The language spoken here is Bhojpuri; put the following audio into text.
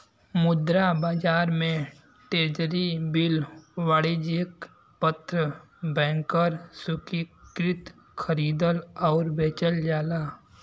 मुद्रा बाजार में ट्रेज़री बिल वाणिज्यिक पत्र बैंकर स्वीकृति खरीदल आउर बेचल जाला